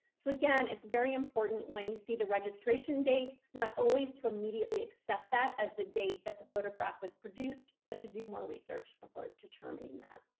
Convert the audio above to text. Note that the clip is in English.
so again, it's very important when you see the registration date not always to immediately accept that as the date that the photograph was produced, but to do more research before determining that.